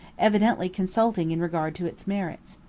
evidently consulting in regard to its merits.